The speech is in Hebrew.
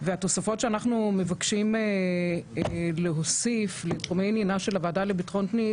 והתוספות שאנחנו מבקשים להוסיף לתחומי עניינה של ועדת ביטחון הפנים,